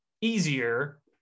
easier